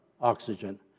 oxygen